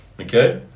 okay